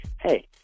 hey